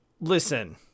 listen